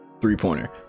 three-pointer